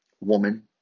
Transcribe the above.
woman